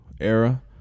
era